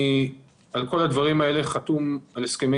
על כל הדברים האלה אני חתום על הסכמי